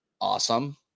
Awesome